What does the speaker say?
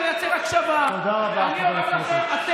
במשחקי כדורגל וכדורסל אמרו לי שיש